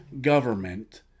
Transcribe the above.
government